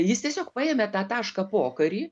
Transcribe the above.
jis tiesiog paėmė tą tašką pokarį